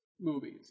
movies